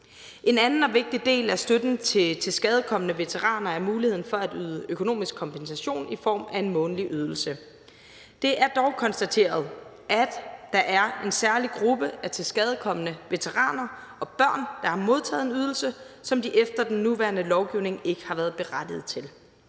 En anden og vigtig del af støtten til tilskadekomne veteraner er muligheden for at yde økonomisk kompensation i form af en månedlig ydelse. Det er dog konstateret, at der er en særlig gruppe af tilskadekomne veteraner og børn, der har modtaget en ydelse, som de efter den nuværende lovgivning ikke har været berettiget til.